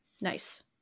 Nice